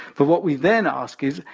but what we then ask is,